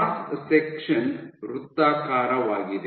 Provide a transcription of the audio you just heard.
cross section ವೃತ್ತಾಕಾರವಾಗಿದೆ